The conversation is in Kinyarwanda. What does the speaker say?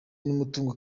n’umutungo